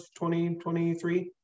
2023